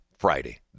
Friday